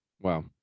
Wow